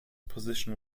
position